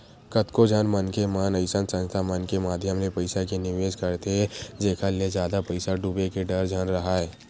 कतको झन मनखे मन अइसन संस्था मन के माधियम ले पइसा के निवेस करथे जेखर ले जादा पइसा डूबे के डर झन राहय